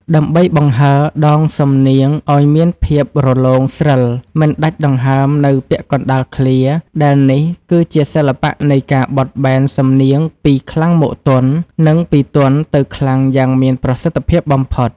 ដើម្បីបង្ហើរដងសំនៀងឱ្យមានភាពរលោងស្រិល មិនដាច់ដង្ហើមនៅពាក់កណ្តាលឃ្លា ដែលនេះគឺជាសិល្បៈនៃការបត់បែនសំនៀងពីខ្លាំងមកទន់ ឬពីទន់ទៅខ្លាំងយ៉ាងមានប្រសិទ្ធភាពបំផុត។